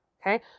okay